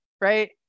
right